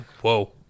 Whoa